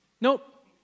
Nope